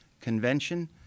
convention